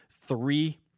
three